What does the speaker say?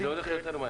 וזה הולך יותר מהר.